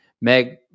Meg